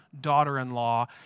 daughter-in-law